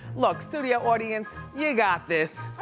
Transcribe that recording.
look, studio audience, ya got this